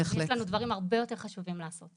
כי יש לנו דברים הרבה יותר חשובים לעשות.